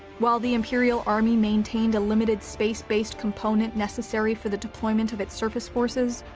while the imperial army maintained a limited space-based component necessary for the deployment of its surface forces,